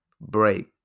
break